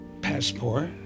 Passport